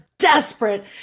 desperate